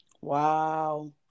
Wow